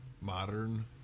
Modern